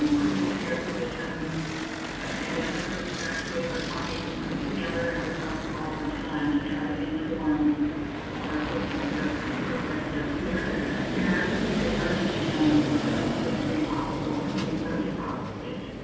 critical care physicians and and ethicists actually are talking together and with us all the time to try to inform the our approaches to those things sort of that they're clear they're transparent they're fair and to the degree possible consistent across the state